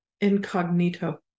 incognito